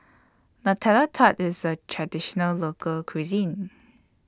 Nutella Tart IS A Traditional Local Cuisine